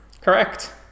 Correct